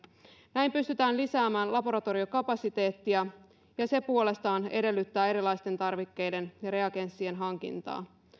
näin pystytään lisäämään laboratoriokapasiteettia ja se puolestaan edellyttää erilaisten tarvikkeiden ja reagenssien hankintaa